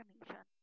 information